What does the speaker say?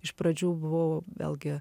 iš pradžių buvau vėlgi